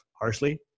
harshly